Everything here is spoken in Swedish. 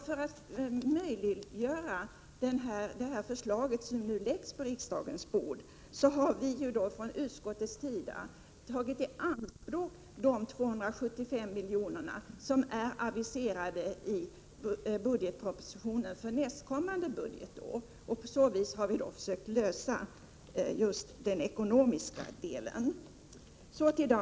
För att möjliggöra ett genomförande av det förslag vi har på riksdagens bord har utskottet tagit i anspråk 275 milj.kr., som är aviserade i budgetpropositionen för nästkommande budgetår. På så vis har vi försökt lösa den ekonomiska delen.